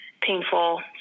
painful